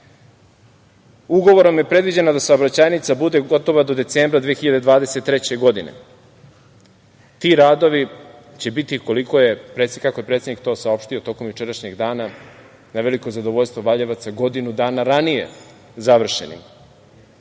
značaju. Ugovorom je predviđeno da saobraćajnica bude gotova do decembra 2023. godine. Ti radovi će biti, kako je to predsednik saopštio tokom jučerašnjeg dana, na veliko zadovoljstvo Valjevaca, godinu dana ranije završeni.